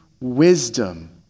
wisdom